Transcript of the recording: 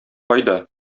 кайда